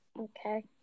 Okay